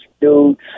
dude